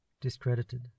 discredited